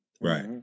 Right